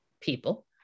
people